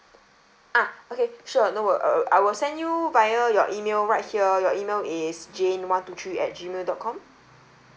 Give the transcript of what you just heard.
ah okay sure no wor~ uh uh I will send you via your email right here your email is jane one two three at Gmail dot com